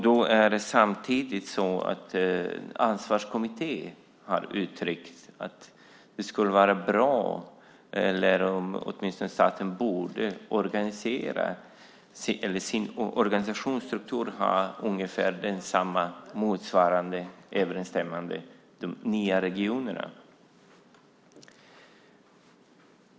Då är det samtidigt så att Ansvarskommittén har uttryckt att det skulle vara bra eller åtminstone att staten borde ha en organisationsstruktur som ungefär motsvarar de nya regionerna.